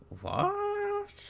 What